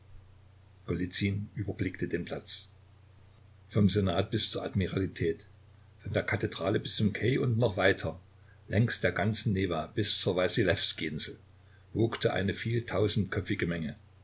überblickte den platz vom senat bis zur admiralität von der kathedrale bis zum quai und noch weiter längs der ganzen newa bis zur wassiljewskij insel wogte eine vieltausendköpfige menge